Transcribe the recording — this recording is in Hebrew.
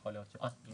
לא, אל